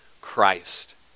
Christ